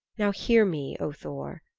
now hear me, o thor.